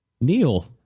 Neil